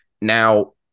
Now